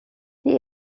die